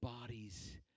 bodies